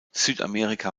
südamerika